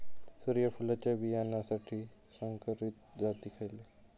सूर्यफुलाच्या बियानासाठी संकरित जाती खयले?